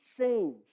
change